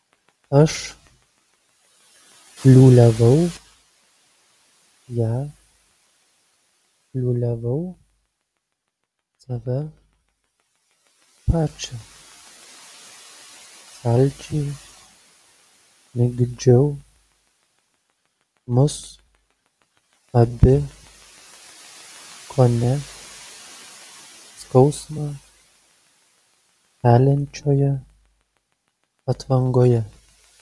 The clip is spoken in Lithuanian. aš liūliavau ją liūliavau save pačią saldžiai migdžiau mus abi kone skausmą keliančioje atvangoje